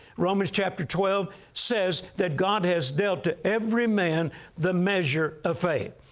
romans chapter twelve says that god has dealt to every man the measure of faith.